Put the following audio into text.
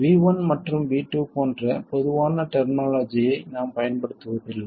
V1 மற்றும் V2 போன்ற பொதுவான டெர்மினாலஜியை நாம் பயன்படுத்துவதில்லை